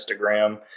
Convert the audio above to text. Instagram